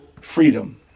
freedom